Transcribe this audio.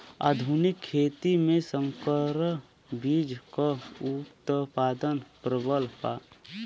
आधुनिक खेती में संकर बीज क उतपादन प्रबल बा